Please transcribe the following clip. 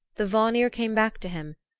the vanir came back to him,